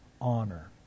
honor